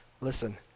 Listen